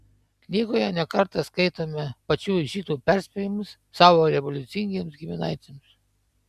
knygoje ne kartą skaitome pačių žydų perspėjimus savo revoliucingiems giminaičiams